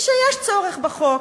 היא שיש צורך בחוק